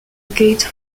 gate